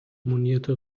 monierte